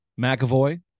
McAvoy